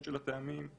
זאת העמדה